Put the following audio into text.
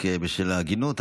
רק בשביל ההגינות,